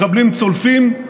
מחבלים צולפים,